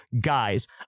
Guys